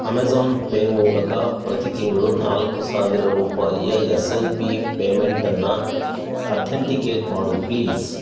Amazon Pay ಮೂಲಕ ಪ್ರತಿ ತಿಂಗಳು ನಾಲ್ಕು ಸಾವಿರ ರೂಪಾಯಿಯ ಎಸ್ ಐ ಪಿ ಪೇಮೆಂಟನ್ನು ಅಥೆಂಟಿಕೇಟ್ ಮಾಡು ಪ್ಲೀಸ್